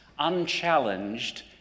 Unchallenged